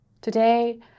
today